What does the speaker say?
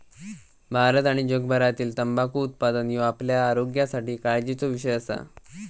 भारत आणि जगभरातील तंबाखू उत्पादन ह्यो आपल्या आरोग्यासाठी काळजीचो विषय असा